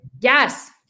Yes